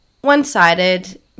one-sided